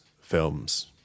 films